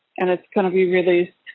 and it's gonna be released